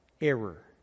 error